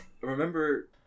Remember